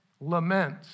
lament